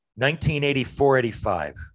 1984-85